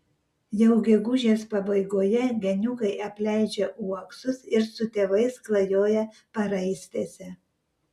jau gegužės pabaigoje geniukai apleidžia uoksus ir su tėvais klajoja paraistėse